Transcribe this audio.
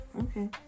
okay